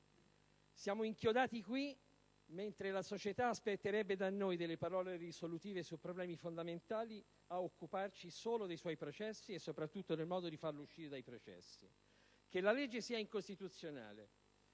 Siamo inchiodati qui, mentre la società aspetterebbe da noi parole risolutive su problemi fondamentali, ad occuparci solo dei suoi processi e soprattutto del modo di farlo uscire dai processi. Che la legge sia incostituzionale